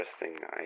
interesting